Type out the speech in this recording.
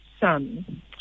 son